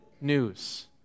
news